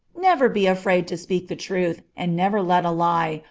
never be afraid to speak the truth, and never let a lie,